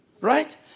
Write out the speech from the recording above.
Right